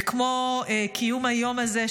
וכמו קיום היום הזה,